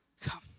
come